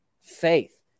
faith